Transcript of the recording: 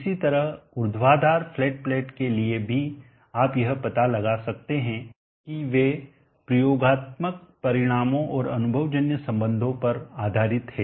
इसी तरह ऊर्ध्वाधर फ्लैट प्लेट के लिए भी आप यह पता लगा सकते हैं कि वे प्रयोगात्मक परिणामों और अनुभवजन्य संबंधों पर आधारित हैं